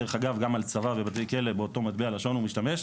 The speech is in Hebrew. דרך אגב גם על צבא ובתי כלא באותו מטבע לשון הוא משתמש,